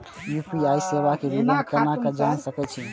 UPI सेवा के विवरण केना जान सके छी?